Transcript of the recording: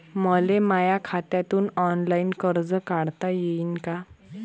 मले माया खात्यातून ऑनलाईन कर्ज काढता येईन का?